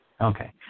Okay